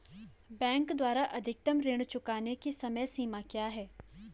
Bank द्वारा अधिकतम ऋण चुकाने की समय सीमा क्या है?